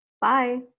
bye